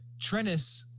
Trennis